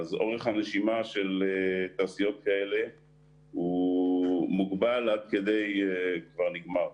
אורך הנשימה של תעשיות כאלה מוגבל עד כדי כבר נגמר.